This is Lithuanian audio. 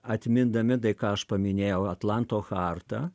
atmindami tai ką aš paminėjau atlanto chartą